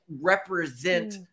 represent